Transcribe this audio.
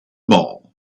mall